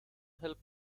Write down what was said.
help